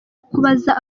kubaza